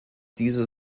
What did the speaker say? diese